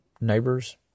neighbors